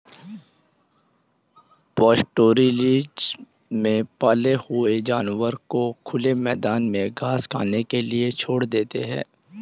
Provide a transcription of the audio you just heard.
pastoralism में पाले हुए जानवरों को खुले मैदान में घास खाने के लिए छोड़ देते है